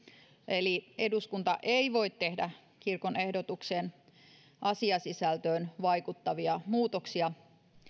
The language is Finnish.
eli eduskunta ei voi tehdä kirkon ehdotuksen asiasisältöön vaikuttavia muutoksia